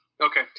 okay